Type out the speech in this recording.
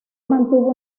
mantuvo